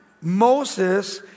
Moses